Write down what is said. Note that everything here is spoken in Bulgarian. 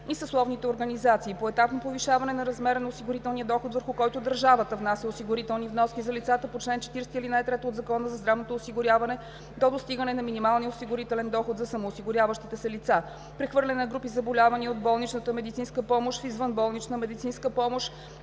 и съсловните организации; поетапно повишаване на размера на осигурителния доход, върху който държавата внася здравноосигурителни вноски за лицата по чл. 40, ал. 3 от Закона за здравното осигуряване, до достигане на минималния осигурителен доход за самоосигуряващите се лица; прехвърляне на групи заболявания от болнична медицинска помощ в извънболнична медицинска помощ